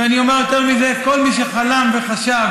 ואני אומר יותר מזה: כל מי שחלם וחשב